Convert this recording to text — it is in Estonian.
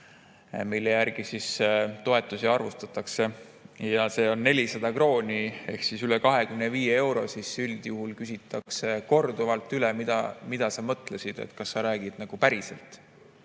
mille järgi toetusi arvestatakse, see on 400 krooni ehk üle 25 euro, siis küsitakse korduvalt üle, mida sa mõtlesid ja kas sa räägid nagu päriselt.